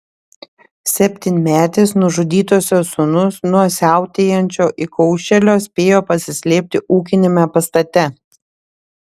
septynmetis nužudytosios sūnus nuo siautėjančio įkaušėlio spėjo pasislėpti ūkiniame pastate